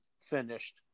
finished